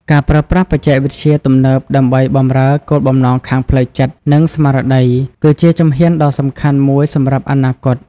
ការប្រើប្រាស់បច្ចេកវិទ្យាទំនើបដើម្បីបម្រើគោលបំណងខាងផ្លូវចិត្ត និងស្មារតី គឺជាជំហានដ៏សំខាន់មួយសម្រាប់អនាគត។